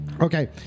Okay